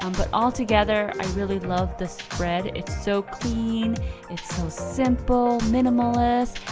um but all together, i really love this spread. it's so clean, it's so simple, minimalist.